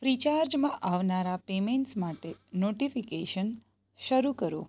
ફ્રીચાર્જમાં આવનારાં પેમેંટસ માટે નોટીફીકેશન શરૂ કરો